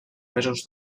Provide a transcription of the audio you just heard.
mesos